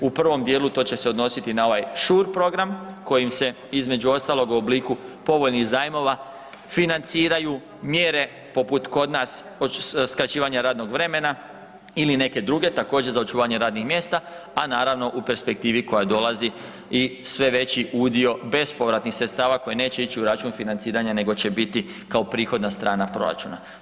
U prvom dijelu to će se odnositi na ovaj Shore Program kojim se između ostalog u obliku povoljnih zajmova financiraju mjere poput kod nas skraćivanja radnog vremena ili neke druge također za očuvanje radnih mjesta, a naravno u perspektivi koja dolazi i sve veći udio bespovratnih sredstava koji neće ić u račun financiranja nego će biti kao prihodna strana proračuna.